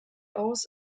aus